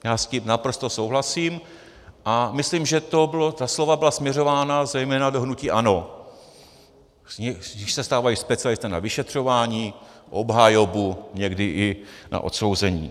Já s ním naprosto souhlasím a myslím, že ta slova byla směřována zejména do hnutí ANO, z nichž se stávají specialisté na vyšetřování, obhajobu, někdy i na odsouzení.